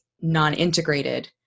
non-integrated